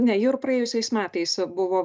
ne jau ir praėjusiais metais buvo